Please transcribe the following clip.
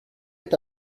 est